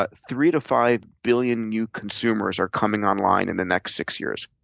but three to five billion new consumers are coming online in the next six years.